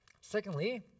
secondly